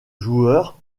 joueurs